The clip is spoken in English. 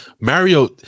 Mario